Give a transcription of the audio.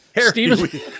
Stephen